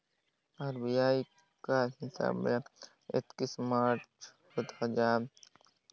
RBI कर हिसाब ले एकतीस मार्च दुई हजार सोला तक भारत में साढ़े सोला लाख करोड़ रूपिया कीमत कर नोट बजार में रहिस